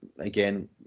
again